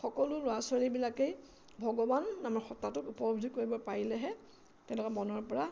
সকলো ল'ৰা ছোৱালীবিলাকেই ভগৱান নামৰ সত্তাটোক উপলব্ধি কৰিব পাৰিলেহে তেওঁলোকৰ মনৰ পৰা